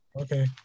Okay